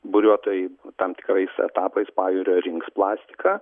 buriuotojai tam tikrais etapais pajūrio rinks plastiką